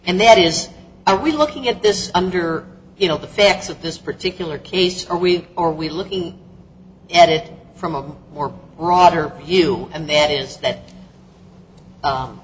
and that is are we looking at this under you know the facts of this particular case are we are we looking at it from a more broader view and that that